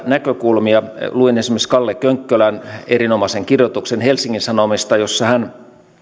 näkökulmia luin esimerkiksi kalle könkkölän erinomaisen kirjoituksen helsingin sanomista jossa hän